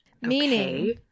meaning